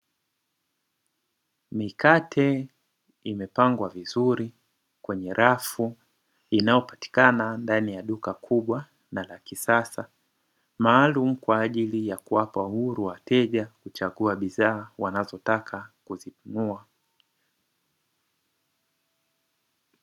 Mikate imepangwa vizuri kwenye rafu inayopatikana ndani ya duka kubwa na la kisasa, maalum kwaajili ya kuwapa uhuru wateja kuchagua bidhaa wanazotaka kuzinunua.